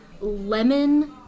lemon